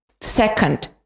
second